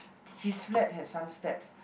his flat have some steps